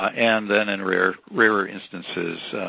and then, in rare rare instances,